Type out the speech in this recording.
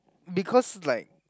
because like